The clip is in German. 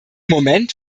moment